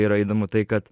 yra įdomu tai kad